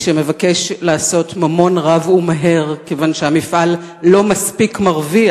שמבקש לעשות ממון רב ומהר כיוון שהמפעל לא מספיק מרוויח,